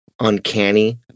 uncanny